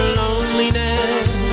loneliness